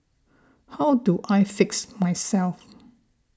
how do I fix myself